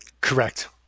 Correct